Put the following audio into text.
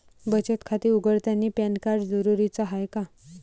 बचत खाते उघडतानी पॅन कार्ड जरुरीच हाय का?